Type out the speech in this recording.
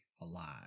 alive